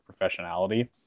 professionality